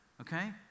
okay